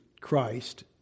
Christ